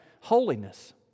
holiness